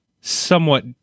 somewhat